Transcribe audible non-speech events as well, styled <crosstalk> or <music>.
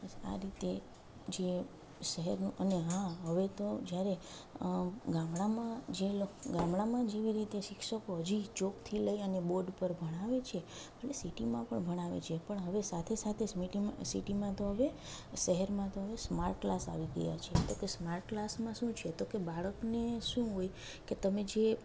આ રીતે જે શહેરનું અને હા હવે તો જ્યારે ગામડામાં જે લોક ગામડામાં જેવી રીતે શિક્ષકો હજી ચોકથી લઈ અને બોર્ડ પર ભણાવે છે એને સિટીમાં પણ ભણાવે છે પણ હવે સાથે સાથે <unintelligible> સિટીમાં તો હવે શેહેરમાં તો હવે સ્માર્ટ ક્લાસ આવી ગયાં છે એટલે કે સ્માર્ટ કલાસમાં શું છે તો કે બાળકને શું હોય કે તમે જે